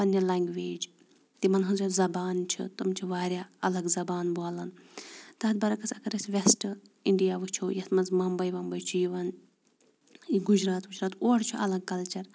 پنٛنہِ لنٛگویج تِمَن ہٕنٛز یۄس زبان چھِ تہٕ تِم چھِ واریاہ الگ زبان بولان تَتھ برعکس اگر أسۍ وٮ۪سٹ اِنڈیا وٕچھو یَتھ منٛز مَمبَے وَمبَے چھِ یِوان یہِ گُجرات وُجرات اورٕ چھُ الگ کَلچَر